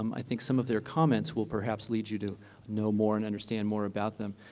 um i think some of their comments will perhaps lead you to know more and understand more about them.